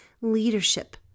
leadership